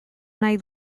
nahi